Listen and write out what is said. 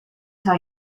tell